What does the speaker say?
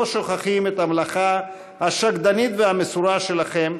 שוכחים את המלאכה השקדנית והמסורה שלכם,